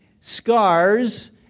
scars